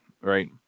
right